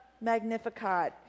Magnificat